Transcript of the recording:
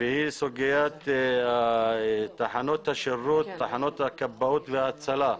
והיא סוגיית תחנות הכבאות וההצלה.